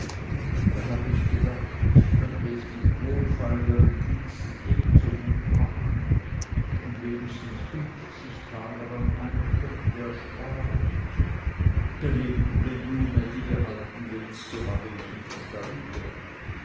da habe ich gedacht ich könnte es mit wohlfeilern diensten ebenso gut machen und wenigstens fünfzig taler an einem punkte ersparen daneben wenn du mädi behalten willst so habe ich nichts dawider